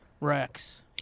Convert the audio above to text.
Rex